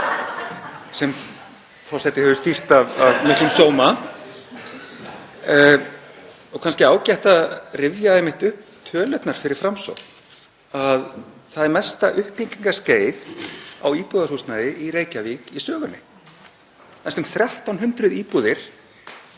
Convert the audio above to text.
sem forseti hefur stýrt af miklum sóma. Það er kannski ágætt að rifja einmitt upp tölurnar fyrir Framsókn. Það er mesta uppbyggingarskeið á íbúðarhúsnæði í Reykjavík í sögunni. Næstum 1.300 íbúðir